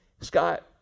Scott